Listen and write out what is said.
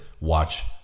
watch